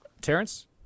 Terrence